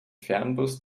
fernbus